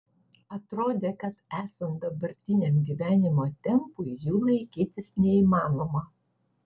atrodė kad esant dabartiniam gyvenimo tempui jų laikytis neįmanoma